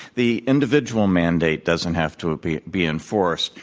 the individual mandate doesn't have to be be enforced,